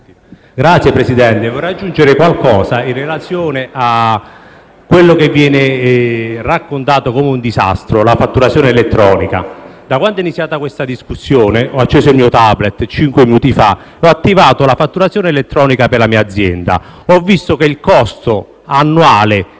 Signor Presidente, vorrei aggiungere qualcosa in relazione a quanto viene raccontato come un disastro, ovvero la fatturazione elettronica. Iniziata questa discussione ho acceso il mio tablet - cinque minuti fa - e ho attivato la fatturazione elettronica per la mia azienda. Ebbene, il costo annuale